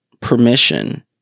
permission